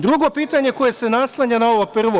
Drugo pitanje koje se naslanja na ovo prvo.